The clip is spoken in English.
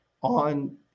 on